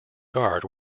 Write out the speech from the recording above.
guard